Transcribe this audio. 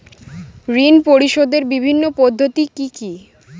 ঋণ পরিশোধের বিভিন্ন পদ্ধতি কি কি?